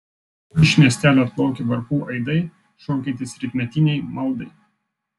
iš miestelio atplaukia varpų aidai šaukiantys rytmetinei maldai